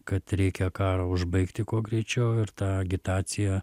kad reikia karą užbaigti kuo greičiau ir tą agitaciją